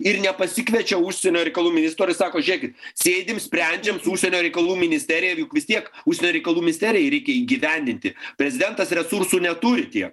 ir nepasikviečia užsienio reikalų ministro ir sako žiūrėkit sėdim sprendžiam su užsienio reikalų ministerija juk vis tiek užsienio reikalų misterijai reikia įgyvendinti prezidentas resursų neturi tiek